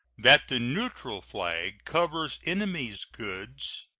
that the neutral flag covers enemy's goods,